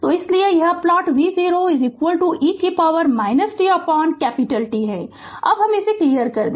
तो इसीलिए यह प्लॉट v0 e tT है अब हम इसे क्लियर कर दे